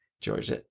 George